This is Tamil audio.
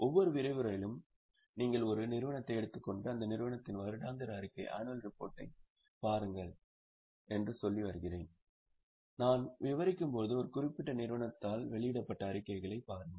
ஒவ்வொரு விரிவுரையிலும் நீங்கள் ஒரு நிறுவனத்தை எடுத்து கொண்டு அந்த நிறுவனத்தின் வருடாந்திர அறிக்கைக்குச் செல்லுங்கள் நாங்கள் விவரிக்கும்போது ஒரு குறிப்பிட்ட நிறுவனத்தால் வெளியிடப்பட்ட அறிக்கைகளைப் பாருங்கள்